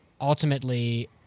ultimately